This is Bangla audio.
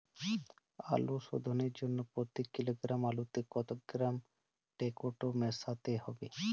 আলু শোধনের জন্য প্রতি কিলোগ্রাম আলুতে কত গ্রাম টেকটো মেশাতে হবে?